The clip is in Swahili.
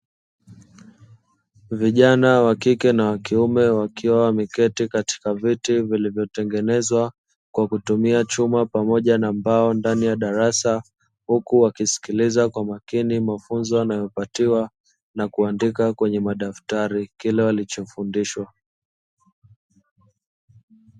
Vijana wa kike na wa kiume wakiwa wameketi katika viti vilivyotengenezwa kwa kutumia chuma pamoja na mbao ndani ya darasa, huku wakisikiliza kwa makini mafunzo yanayopatiwa na kuandika kwenye madaftari kile walichofundishwa.